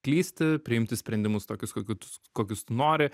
klysti priimti sprendimus tokius kokiu kokius tu nori